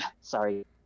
Sorry